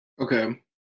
Okay